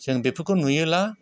जों बेफोरखौ नुयोब्ला